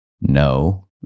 no